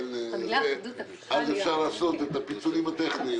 אז אפשר לעשות את הפיצולים הטכניים.